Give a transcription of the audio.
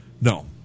No